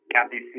Kathy